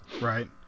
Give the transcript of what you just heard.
Right